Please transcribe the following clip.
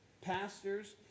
pastors